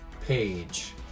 Page